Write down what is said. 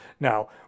Now